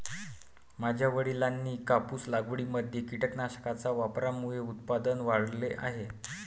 माझ्या वडिलांनी कापूस लागवडीमध्ये कीटकनाशकांच्या वापरामुळे उत्पादन वाढवले आहे